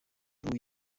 روی